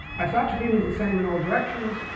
isotropy means the same in all directions.